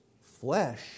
flesh